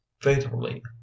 fatally